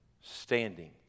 standing